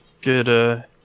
good